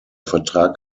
vertrag